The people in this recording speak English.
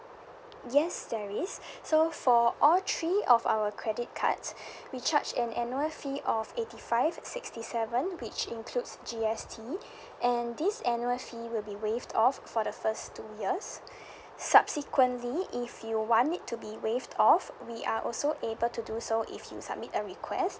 yes there is so for all three of our credit cards we charge an annual fee of eighty five sixty seven which includes G_S_T and this annual fee will be waived off for the first two years subsequently if you want it to be waived off we are also able to do so if you submit a request